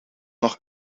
nog